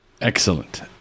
Excellent